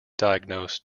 diagnose